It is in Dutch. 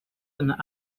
een